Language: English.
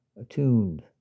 attuned